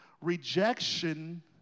Rejection